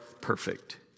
perfect